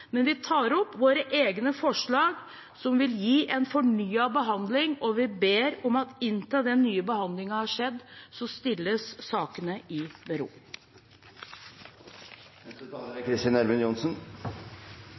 men vi fremmer våre egne forslag som vil gi en fornyet behandling, og vi ber om at inntil den nye behandlingen har skjedd, stilles sakene i